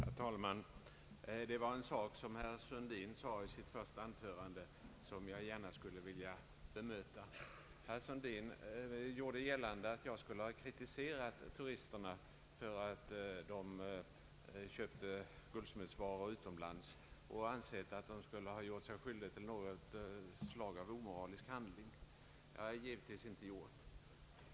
Herr talman! Det var en sak som herr Sundin sade i sitt första anförande som jag gärna skulle vilja bemöta. Herr Sundin gjorde gällande att jag skulle ha kritiserat turisterna för att de köpte guldsmedsvaror utomlands och att jag skulle anse att de gjort sig skyldiga till något slag av omoralisk handling. Det har jag givetvis inte gjort.